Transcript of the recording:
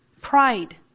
pride